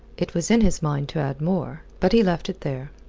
it was in his mind to add more. but he left it there.